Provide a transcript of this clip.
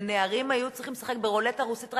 ונערים היו צריכים לשחק ברולטה רוסית רק